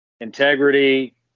integrity